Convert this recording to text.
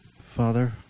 Father